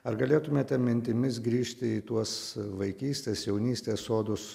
ar galėtumėte mintimis grįžti į tuos vaikystės jaunystės sodus